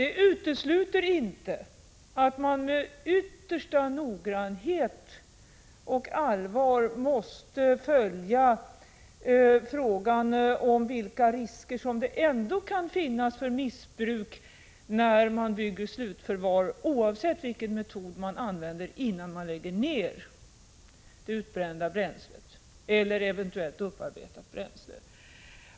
Det utesluter inte att man med yttersta noggrannhet och allvar måste följa frågan om vilka risker som ändå kan finnas för missbruk när man bygger slutförvaring, oavsett vilken metod man använder innan man lägger ner det utbrända bränslet eller eventuellt upparbetat bränsle.